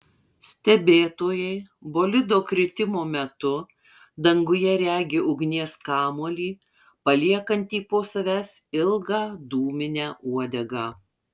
stebėtojai bolido kritimo metu danguje regi ugnies kamuolį paliekantį po savęs ilgą dūminę uodegą